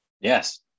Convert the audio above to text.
Yes